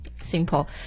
Simple